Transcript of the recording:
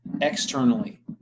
externally